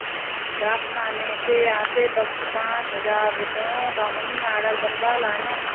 डाकखाने से आते वक्त पाँच हजार रुपयों का मनी आर्डर बनवा लाना